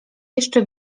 jeszcze